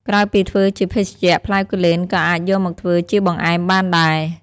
ក្រៅពីធ្វើជាភេសជ្ជៈ ផ្លែគូលែនក៏អាចយកមកធ្វើជាបង្អែមបានដែរ។